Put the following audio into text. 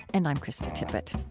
and i'm krista tippett